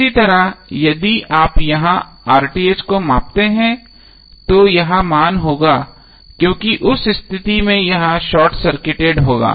इसी तरह यदि आप यहां को मापते हैं तो यह मान होगा क्योंकि उस स्थिति में यह शार्ट सर्किटेड होगा